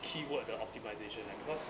keyword the optimization leh because